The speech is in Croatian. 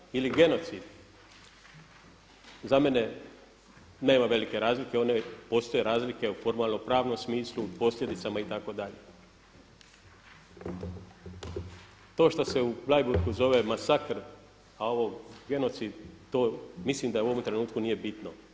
Masakr ili genocid za mene nema velike razlile, postoje razlike u formalnopravnom smislu u posljedicama itd. to što se u Bleiburgu zove masakr, a ovo genocid mislim da u ovom trenutku nije bitno.